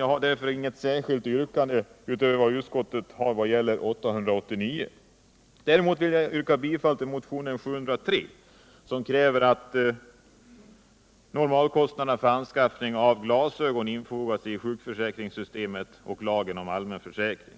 Jag har inget särskilt yrkande utöver utskottets vad gäller motionen 889. Däremot vill jag yrka bifall till motionen 703, som kräver att normalkostnaderna för anskaffning uv glasögon infogas i sjukförsäkringssystemet och lagen om allmän försäkring.